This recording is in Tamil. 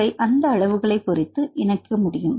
அவை அந்த அளவுகளைப் பொருத்து இணைக்க முடியும்